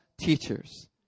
teachers